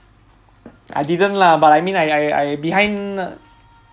I didn't lah but I mean I I I behind uh